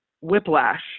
whiplash